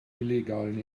illegalen